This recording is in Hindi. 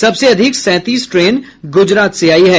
सबसे अधिक सैंतीस ट्रेन गुजरात से आयी हैं